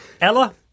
Ella